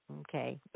okay